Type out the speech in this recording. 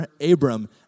Abram